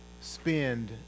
spend